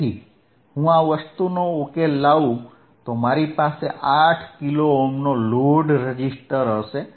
તેથી જો હું આ વસ્તુનો ઉકેલ લાવુ તો મારી પાસે 8 કિલો ઓહ્મનો લોડ રેઝિસ્ટર હશે